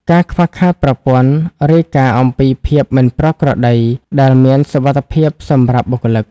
ការខ្វះខាតប្រព័ន្ធ "រាយការណ៍អំពីភាពមិនប្រក្រតី"ដែលមានសុវត្ថិភាពសម្រាប់បុគ្គលិក។